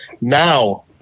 now